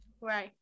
right